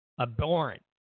abhorrent